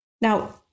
Now